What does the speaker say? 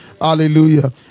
Hallelujah